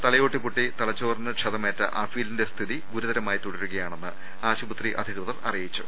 തലയോട്ടി പൊട്ടി തലച്ചോറിന് ക്ഷതമേറ്റ അഫീലിന്റെ സ്ഥിതി ഗുരുതരമായി തുടരുകയാണെന്ന് ആശുപത്രി അധികൃതർ അറിയിച്ചു